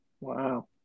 Wow